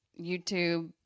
YouTube